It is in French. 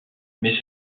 mais